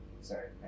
Sorry